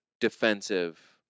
defensive